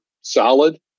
solid